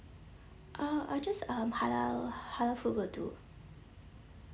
oh uh just um halal halal food will do